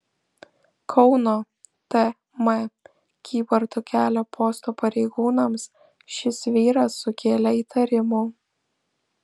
kauno tm kybartų kelio posto pareigūnams šis vyras sukėlė įtarimų